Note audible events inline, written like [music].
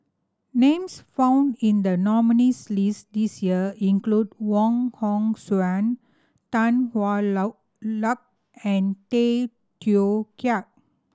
names found in the nominees' list this year include Wong Hong Suen Tan Hwa [unintelligible] Luck and Tay Teow Kiat